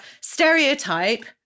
stereotype